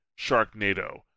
Sharknado